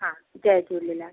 हा जय झूलेलाल